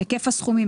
היקף הסכומים,